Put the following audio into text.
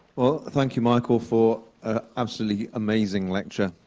well, thank you michael for an absolutely amazing lecture.